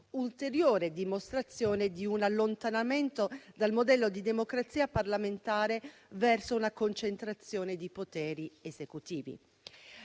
ulteriore dimostrazione di un allontanamento dal modello di democrazia parlamentare verso una concentrazione di poteri esecutivi.